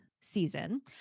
season